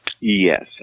Yes